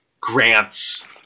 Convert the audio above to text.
grants